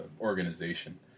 organization